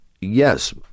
yes